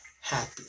happy